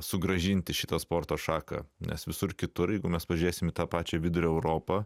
sugrąžinti šita sporto šaka nes visur kitur jeigu mes pažiūrėsime į tą pačią vidurio europą